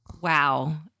Wow